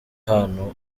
hantu